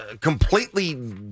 completely